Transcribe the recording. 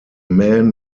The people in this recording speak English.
men